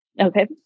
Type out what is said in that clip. Okay